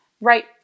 right